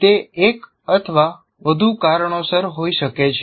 તે એક અથવા વધુ કારણોસર હોઈ શકે છે